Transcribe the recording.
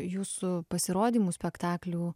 jūsų pasirodymų spektaklių